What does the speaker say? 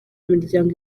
miryango